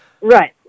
Right